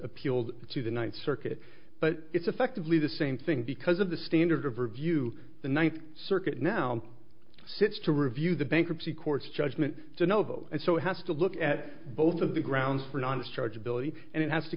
appealed to the ninth circuit but it's effectively the same thing because of the standard of review the ninth circuit now sits to review the bankruptcy court's judgment to no vote and so it has to look at both of the grounds for an honest charge ability and it has to